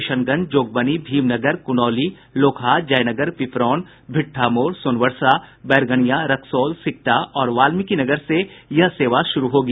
किशनगंज जोगबनी भीमनगर कुनौली लौकहा जयनगर पिपरौन भिट्ठा मोड़ सोनवर्षा बैरगनिया रक्सौल सिकटा और वाल्मिकीनगर से यह सेवा शुरू होगी